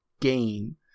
game